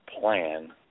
plan